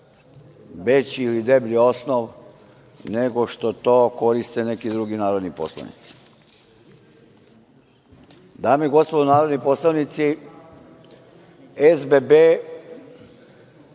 veći ili deblji osnov nego što to koriste neki drugi narodni poslanici. Dame i gospodo narodni poslanici, SBB,